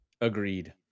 Agreed